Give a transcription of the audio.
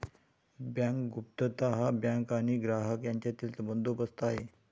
bank गुप्तता हा bank आणि ग्राहक यांच्यातील बंदोबस्त आहे